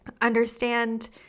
Understand